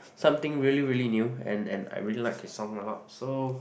something really really new and and I really like his song a lot so